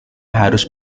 harus